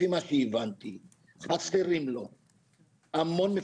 חסרים המון מפקחים.